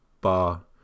bar